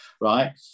right